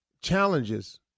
challenges